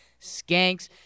skanks